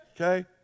okay